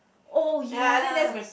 oh yes